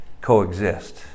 coexist